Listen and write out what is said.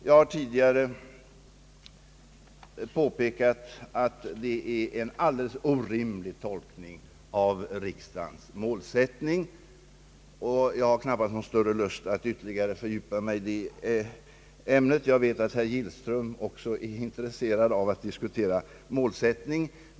Jag har tidigare påpekat att detta är en alldeles orimlig tolkning av riksdagens målsättning, och jag har knappast någon större lust att fördjupa mig i det ämnet — jag vet att också herr Gillström är intresserad av att diskutera målsättningen.